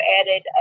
added